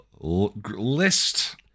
list